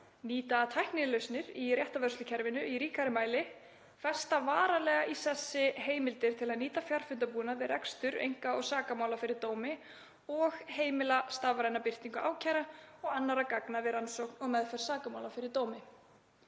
nýta tæknilausnir í réttarvörslukerfinu í ríkari mæli, festa varanlega í sessi heimildir til að nýta fjarfundarbúnað við rekstur einka- og sakamála fyrir dómi og heimila stafræna birtingu ákæra og annarra gagna við rannsókn og meðferð sakamála fyrir dómi.